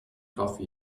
coffee